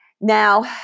Now